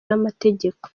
n’amategeko